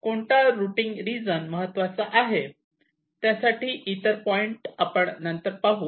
कोणता routing region महत्त्वाचा आहे त्यासाठीचे इतर पॉईंट आपण नंतर पाहू